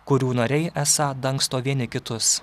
kurių nariai esą dangsto vieni kitus